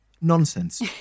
nonsense